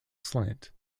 slant